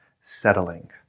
settling